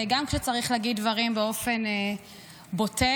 גם כשצריך להגיד דברים באופן בוטה.